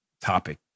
Topic